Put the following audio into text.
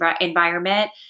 environment